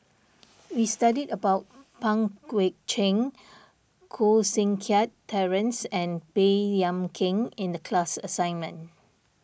we studied about Pang Guek Cheng Koh Seng Kiat Terence and Baey Yam Keng in the class assignment